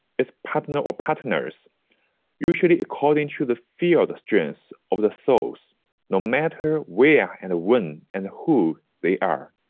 its partner or partners usually according to the field-strength of the souls no matter where and when and who they are.